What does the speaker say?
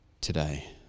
today